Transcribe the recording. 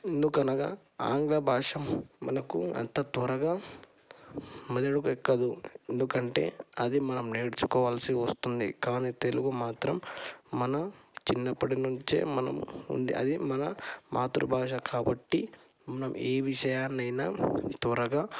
ఎందుకనగా ఆంగ్ల భాష మనకు అంత త్వరగా మెదడుకు ఎక్కదు ఎందుకంటే అది మనం నేర్చుకోవాల్సి వస్తుంది కానీ తెలుగు మాత్రం మన చిన్నప్పటి నుంచే మనం ఉంది అది మన మాతృ భాష కాబట్టి మనం ఏ విషయాన్నైనా త్వరగా